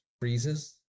freezes